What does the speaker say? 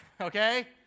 okay